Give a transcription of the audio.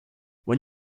when